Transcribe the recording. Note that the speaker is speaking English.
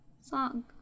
song